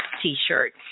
t-shirt